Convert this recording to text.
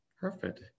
Perfect